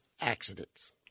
accidents